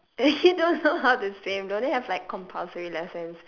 you don't know how to swim don't you have like compulsory lessons